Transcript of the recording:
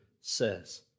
says